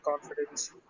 confidence